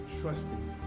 trusting